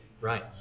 Right